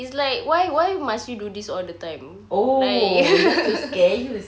is like why why must you do this all the time like